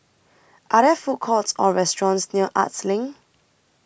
Are There Food Courts Or restaurants near Arts LINK